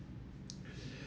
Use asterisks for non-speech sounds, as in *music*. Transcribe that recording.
*breath*